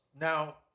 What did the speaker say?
Now